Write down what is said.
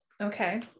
Okay